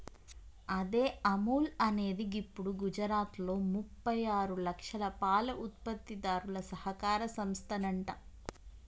అదే అముల్ అనేది గిప్పుడు గుజరాత్లో ముప్పై ఆరు లక్షల పాల ఉత్పత్తిదారుల సహకార సంస్థనంట